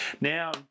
Now